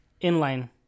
Inline